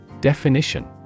Definition